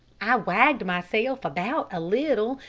i wagged myself about a little,